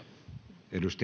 arvoisa